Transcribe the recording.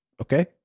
Okay